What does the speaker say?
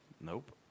Nope